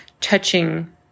touching